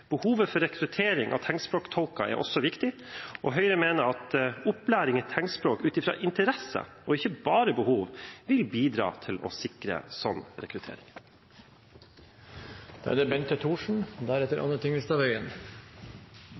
Behovet for rekruttering av tegnspråktolker er også viktig, og Høyre mener at opplæring i tegnspråk ut ifra interesser, og ikke bare ut ifra behov, vil bidra til å sikre